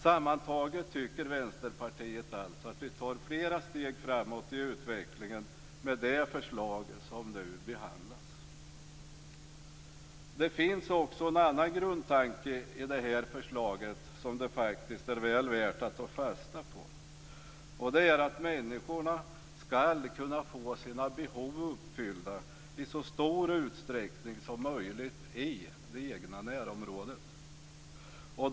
Sammantaget tycker Vänsterpartiet alltså att vi tar flera steg framåt i utvecklingen med det förslag som nu behandlas. Det finns också en annan grundtanke i det här förslaget som det faktiskt är väl värt att ta fasta på. Det är att människorna skall kunna få sina behov uppfyllda i så stor utsträckning som möjligt i det egna närområdet.